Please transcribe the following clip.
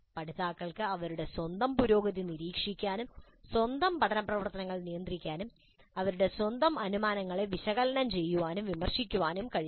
പഠിതാക്കൾക്ക് അവരുടെ സ്വന്തം പുരോഗതി നിരീക്ഷിക്കാനും സ്വന്തം പഠന പ്രവർത്തനങ്ങൾ നിയന്ത്രിക്കാനും അവരുടെ സ്വന്തം അനുമാനങ്ങളെ വിശകലനം ചെയ്യാനും വിമർശിക്കാനും കഴിയണം